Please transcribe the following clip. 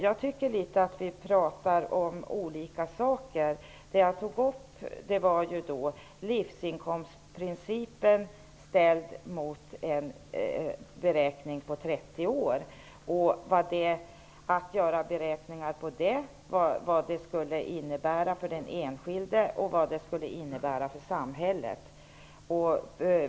Jag tycker att vi pratar om olika saker. Det jag tog upp var livsinkomstprincipen ställd mot en beräkning på 30 år och vad det skulle innebära för den enskilde och för samhället.